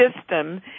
system